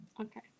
Okay